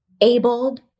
abled